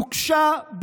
נוקשה,